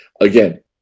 again